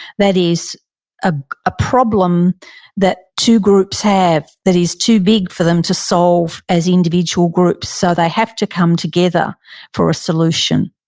that is ah a problem that two groups have that is too big for them to solve as individual groups, so they have to come together for a solution.